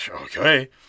okay